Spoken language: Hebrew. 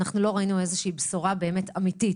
אנחנו לא ראינו איזושהי בשורה באמת אמיתית.